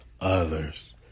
others